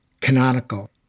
canonical